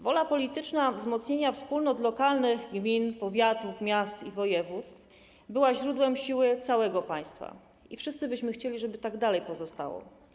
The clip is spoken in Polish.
Wola polityczna wzmocnienia wspólnot lokalnych gmin, powiatów, miast i województw była źródłem siły całego państwa i wszyscy byśmy chcieli, żeby tak dalej pozostało.